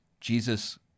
Jesus